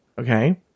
Okay